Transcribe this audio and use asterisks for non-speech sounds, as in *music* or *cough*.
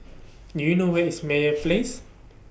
*noise* Do YOU know Where IS Meyer Place